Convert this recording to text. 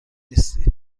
نیستی